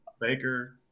Baker